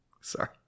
Sorry